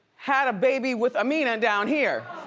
had a baby with amina down here.